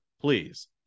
please